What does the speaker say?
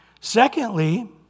Secondly